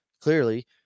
clearly